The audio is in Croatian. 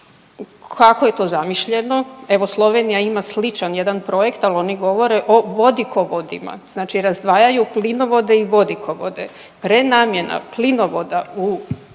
kako je to zamišljeno? Evo Slovenija ima sličan jedan projekt, al oni govore o vodikovodima, znači razdvajaju plinovode i vodikovode, prenamjena plinovoda za